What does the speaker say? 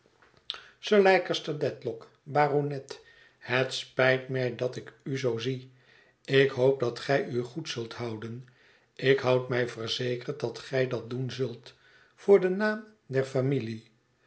sir leicester dedlock baronet het spijt mij dat ik u zoo zie bi hoop dat gij u goed zult houden ik houd mij verzekerd dat gij dat doen zult voor den naam der familie